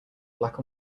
black